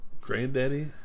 granddaddy